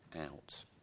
out